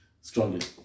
Strongly